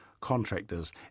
contractors